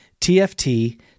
TFT